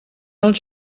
els